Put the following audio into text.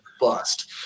bust